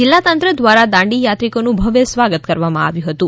જીલ્લા તંત્ર દ્વારા દાંડીયાત્રીકોનું ભવ્ય સ્વાગત કરવામાં આવ્યું હતું